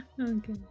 Okay